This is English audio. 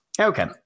Okay